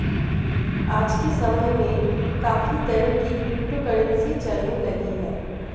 आज के समय में काफी तरह की क्रिप्टो करंसी चलने लगी है